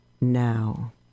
Now